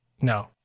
no